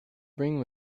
bring